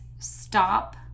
Stop